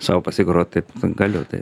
sau pasigrot taip galiu tai